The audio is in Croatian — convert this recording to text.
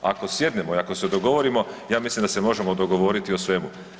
Ako sjednemo i ako se dogovorimo ja mislim da se možemo dogovoriti o svemu.